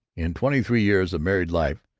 in twenty-three years of married life,